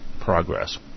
progress